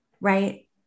Right